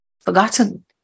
forgotten